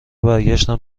برگشتم